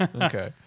Okay